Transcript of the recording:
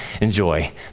enjoy